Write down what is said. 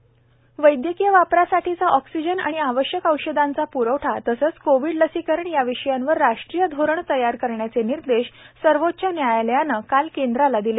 सर्वोच्च न्यायालय वैद्यकीय वापरासाठीचा ऑक्सिजन आणि आवश्यक औषधांचा प्रवठा तसंच कोविड लसीकरण या विषयांवर राष्ट्रीय धोरण तयार करण्याचे निर्देश सर्वोच्च न्यायालयाने काल केंद्राला दिले